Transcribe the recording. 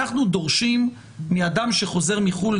אנחנו דורשים מאדם שחוזר מחו"ל,